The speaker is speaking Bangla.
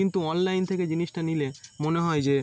কিন্তু অনলাইন থেকে জিনিসটা নিলে মনে হয় যে